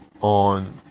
on